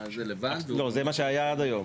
זה מה שהיה עד היום.